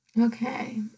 Okay